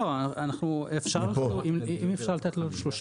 אם אפשר לתת לנו 30 ימים,